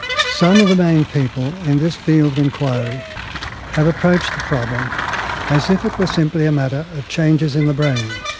some of the main people in this field of inquiry have approached the problem as if it were simply a matter of changes in the brain,